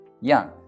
Young